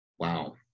Wow